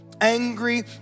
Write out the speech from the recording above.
angry